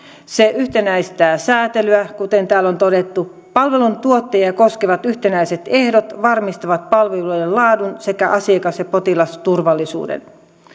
se yhtenäistää säätelyä kuten täällä on todettu palveluntuottajia koskevat yhtenäiset ehdot varmistavat palvelujen laadun sekä asiakas ja potilasturvallisuuden